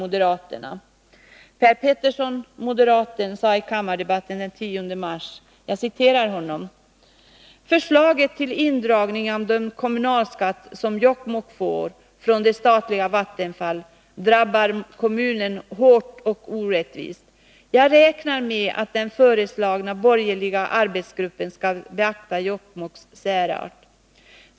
Moderaten Per Petersson sade i kammardebatten den 10 mars: ”Förslaget till indragning av den kommunalskatt som Jokkmokk får från det statliga Vattenfall drabbar kommunen hårt och orättvist. Jag räknar med att den föreslagna borgerliga arbetsgruppen skall beakta Jokkmokks särart.